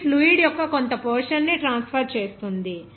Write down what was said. ఇది ఫ్లూయిడ్ యొక్క కొంత పోర్షన్ ని ట్రాన్స్ఫర్ చేస్తుంది